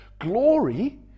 glory